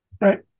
Right